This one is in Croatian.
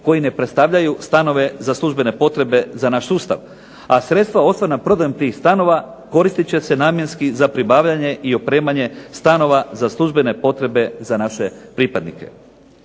koji ne predstavljaju stanove za službene potrebe za naš sustav, a sredstva ostvarena prodajom tih stanova koristit će se namjenski za pribavljanje i opremanje stanova za službene potrebe za naše pripadnike.